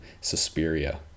Suspiria